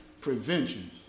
prevention